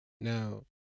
now